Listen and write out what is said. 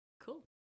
Cool